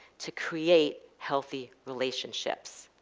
to create healthy relationships?